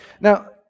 Now